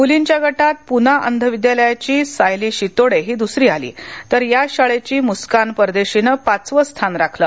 मुलींच्या गटात पुना अंध विद्यालयाची सायली शितोडे ही द्सरी आली तर याच शाळेची मुस्कान परदेशीनं पाचवं स्थान राखलं